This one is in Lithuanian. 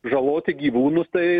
žaloti gyvūnus tai